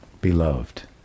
beloved